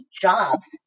jobs